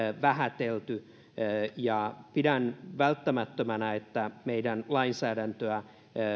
vähätelty pidän välttämättömänä että meidän lainsäädäntöämme